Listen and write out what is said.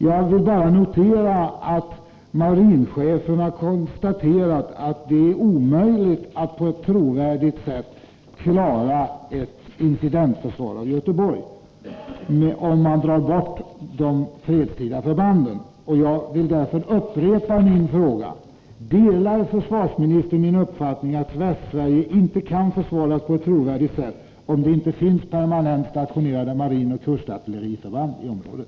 Jag noterar att marinkommandochefen har konstaterat att det är omöjligt att på ett trovärdigt sätt klara ett incidentförsvar av Göteborg, om man drar bort förbanden i fredsorganisationen, och jag vill därför upprepa min fråga: Delar försvarsministern min uppfattning, att Västsverige inte kan försvaras på ett trovärdigt sätt, om det inte finns permanent stationerade marinoch kustartilleriförband i området?